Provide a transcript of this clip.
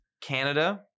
Canada